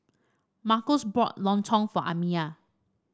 Marcos bought lontong for Amiyah